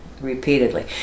Repeatedly